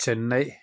Chennai